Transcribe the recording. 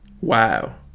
Wow